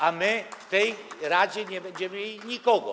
A my w tej radzie nie będziemy mieli nikogo.